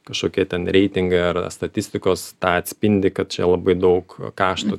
kažkokie ten reitingai ar statistikos tą atspindi kad čia labai daug kaštų